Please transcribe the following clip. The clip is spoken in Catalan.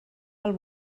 pel